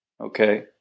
okay